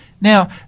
Now